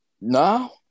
No